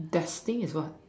destined is what